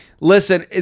listen